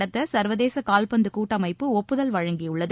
நடத்த சர்வதேச கால்பந்து கூட்டமைப்பு ஒப்புதல் வழங்கியுள்ளது